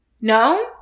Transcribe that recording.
No